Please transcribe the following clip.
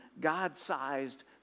God-sized